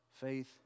Faith